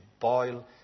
boil